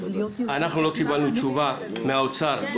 אנחנו לא קיבלנו תשובה מהאוצר.